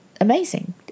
amazing